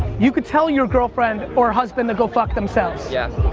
you can tell your girlfriend or husband to go fuck themselves. yes